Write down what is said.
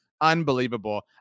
unbelievable